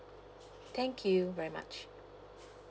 thank you very much